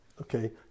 Okay